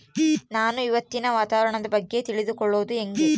ನಾನು ಇವತ್ತಿನ ವಾತಾವರಣದ ಬಗ್ಗೆ ತಿಳಿದುಕೊಳ್ಳೋದು ಹೆಂಗೆ?